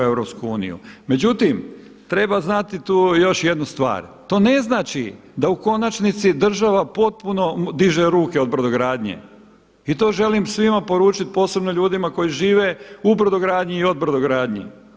Međutim, treba znati tu još jednu stvar, to ne znači da u konačnici država potpuno diže ruke od brodogradnje i to želim svima poručiti posebno ljudima koji žive u brodogradnji i od brodogradnje.